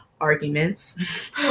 arguments